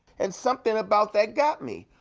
and something about that got me.